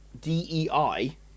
DEI